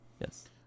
Yes